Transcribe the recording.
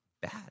bad